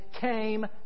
came